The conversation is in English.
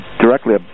directly